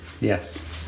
Yes